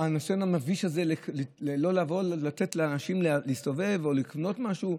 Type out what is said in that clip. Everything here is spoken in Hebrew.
והניסיון המביש הזה לא לתת לאנשים להסתובב או לקנות משהו,